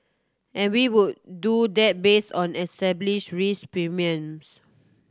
and we would do that based on established risk premiums